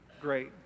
great